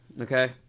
Okay